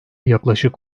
yaklaşık